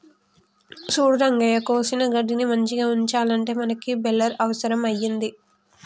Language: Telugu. సూడు రంగయ్య కోసిన గడ్డిని మంచిగ ఉంచాలంటే మనకి బెలర్ అవుసరం అయింది